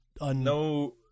no